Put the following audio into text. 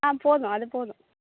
ஆ போதும் அது போதும்